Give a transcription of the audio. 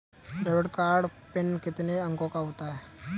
Debit card PIN कितने अंकों का होता है?